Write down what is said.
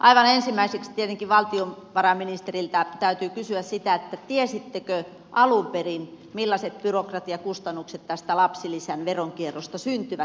aivan ensimmäiseksi tietenkin valtiovarainministeriltä täytyy kysyä sitä tiesittekö alun perin millaiset byrokratiakustannukset tästä lapsilisän veronkierrosta syntyvät